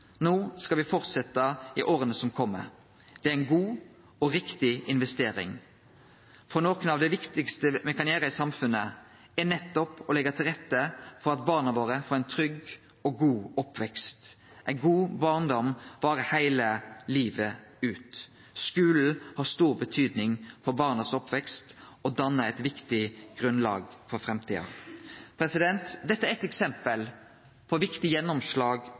No skal me fortsetje i åra som kjem. Det er ei god og riktig investering, for noko av det viktigaste me kan gjere i samfunnet, er nettopp å leggje til rette for at barna våre får ein trygg og god oppvekst. Ein god barndom varer heile livet ut. Skulen har stor betydning for barnas oppvekst og dannar eit viktig grunnlag for framtida. Det er eitt eksempel på viktige gjennomslag